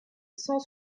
cent